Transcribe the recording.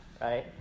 right